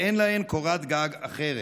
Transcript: אין להם קורת גג אחרת.